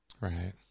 Right